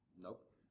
Nope